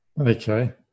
Okay